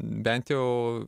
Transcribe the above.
bent jau